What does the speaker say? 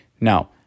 now